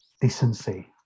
decency